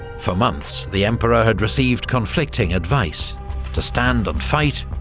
for months the emperor had received conflicting advice to stand and fight,